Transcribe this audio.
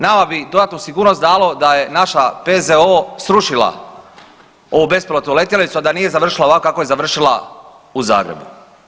Nama bi dodatnu sigurnost dalo da je naša PZO srušila ovu bespilotnu letjelicu, a da nije završila ovako kako je završila u Zagrebu.